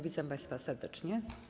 Witam państwa serdecznie.